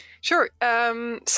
Sure